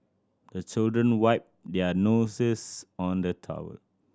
the children wipe their noses on the towel